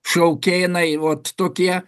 šaukėnai vot tokie